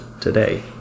today